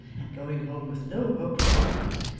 and going home with no hope realised,